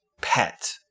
pet